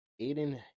Aiden